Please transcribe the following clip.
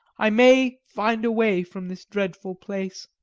i may find a way from this dreadful place.